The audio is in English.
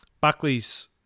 Buckley's